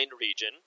region